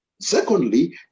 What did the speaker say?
secondly